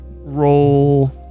roll